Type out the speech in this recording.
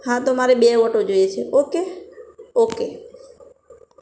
હા તો મારે બે ઓટો જોઈએ છે ઓકે ઓકે